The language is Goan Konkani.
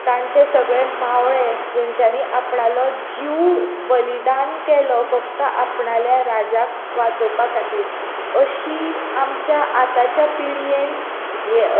तांचे सगळे मावळे जेंच्यानी आपल्यालो जीव बलीदान केलो फक्त आपल्याल्या राज्याक वाचोवपा खातीर अशी आमच्या आताच्या पिडयेन हे